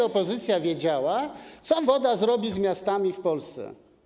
Opozycja wiedziała lepiej, co woda zrobi z miastami w Polsce.